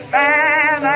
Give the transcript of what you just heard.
man